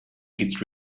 his